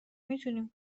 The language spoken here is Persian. میتونیم